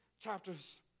chapters